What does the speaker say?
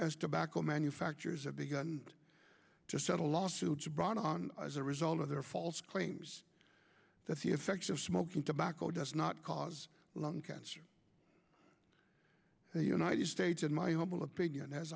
as tobacco manufacturers have begun to settle lawsuits brought on as a result of their false claims that the effects of smoking tobacco does not cause lung cancer and the united states in my humble opinion has